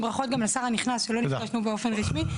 ברכות גם לשר הנכנס שלא נפגשנו באופן רשמי,